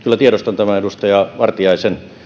tiedostan kyllä tämän edustaja vartian